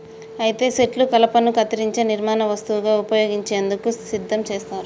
అయితే సెట్లు కలపను కత్తిరించే నిర్మాణ వస్తువుగా ఉపయోగించేందుకు సిద్ధం చేస్తారు